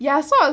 ya so I'll